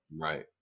Right